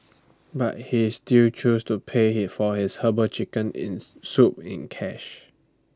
but he still chose to pay he for his Herbal Chicken Soup in cash